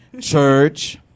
church